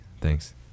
Thanks